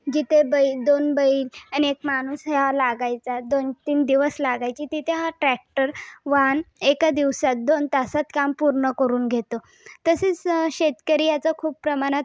जिथे बैल दोन बैल आणि एक माणूस हा लागायचा दोन तीन दिवस लागायचे तिथे हा ट्रॅक्टर वाहन एका दिवसात दोन तासात काम पूर्ण करून घेतो तसेच शेतकरी याचा खूप प्रमाणात उपयोगही करतात